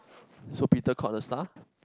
so Peter caught the staff